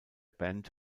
band